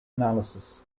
analysis